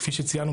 כפי שציינו,